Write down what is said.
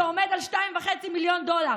שעומד על 2.5 מיליון דולר.